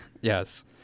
Yes